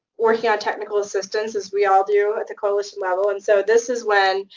working on technical assistance, as we all do at the coalition level. and so this is when,